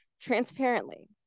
transparently